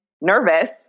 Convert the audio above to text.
nervous